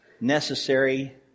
necessary